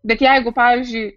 bet jeigu pavyzdžiui